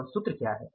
और सूत्र क्या है